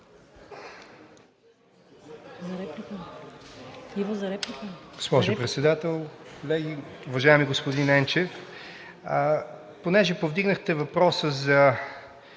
Госпожо Председател, колеги! Уважаеми господин Енчев, понеже повдигнахте въпроса за